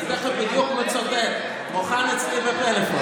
אני בדיוק מצטט, זה מוכן אצלי בפלאפון.